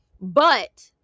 but-